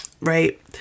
right